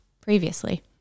previously